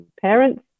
parents